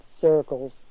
circles